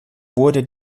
wurde